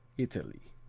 italy